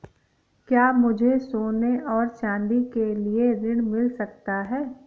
क्या मुझे सोने और चाँदी के लिए ऋण मिल सकता है?